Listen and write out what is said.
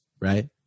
Right